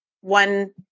one